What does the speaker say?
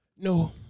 No